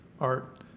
art